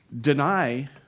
deny